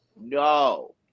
No